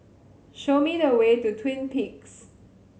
show me the way to Twin Peaks